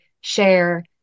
share